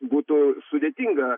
būtų sudėtinga